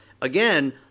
again